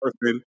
person